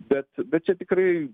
bet čia tikrai